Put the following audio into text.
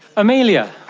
amelia,